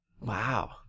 Wow